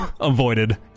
avoided